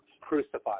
crucified